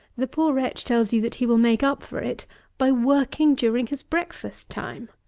the poor wretch tells you that he will make up for it by working during his breakfast time!